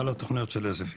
על התוכניות של עוספיה.